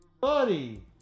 Buddy